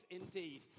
indeed